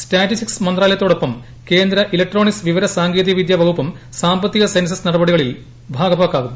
statistics മന്ത്രാലയത്തോടൊപ്പം കേന്ദ്ര electronics വിവര സാങ്കേതിക വിദ്യ വകുപ്പും സാമ്പത്തിക സെൻസസ് നടപടികളിൽ ഭാഗഭാക്കാവും